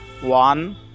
One